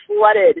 flooded